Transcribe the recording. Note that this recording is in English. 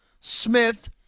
Smith